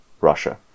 Russia